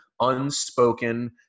unspoken